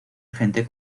gente